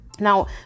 Now